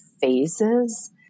phases